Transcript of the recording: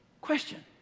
question